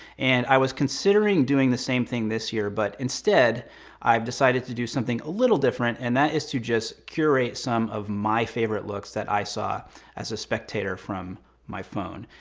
and i was considering doing the same thing this year, but instead i've decided to do something a little different, and that it to just curate some of my favorite looks that i saw as a spectator from my phone.